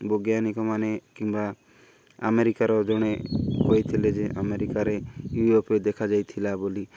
ବୈଜ୍ଞାନିକ ମମାନେ କିମ୍ବା ଆମେରିକାର ଜଣେ କହିଥିଲେ ଯେ ଆମେରିକାରେ ୟୁ ଏ ଏଫ୍ ଓ ଦେଖାଯାଇଥିଲା ବୋଲି